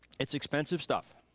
it's expensive stuff.